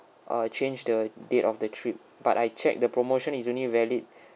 uh change the date of the trip but I check the promotion is only valid